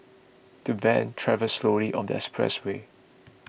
the van travelled slowly on the expressway